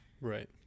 Right